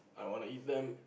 I want to eat them